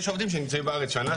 יש עובדים שנמצאים בארץ שנה,